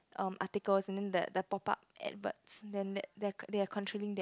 um articles you know that the pop up adverts then that they are controlling that